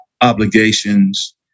obligations